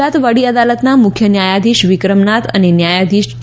ગુજરાત વડી અદાલતના મુખ્ય ન્યાયધીશ વિક્રમનાથ અને ન્યાયધીશ જે